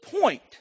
point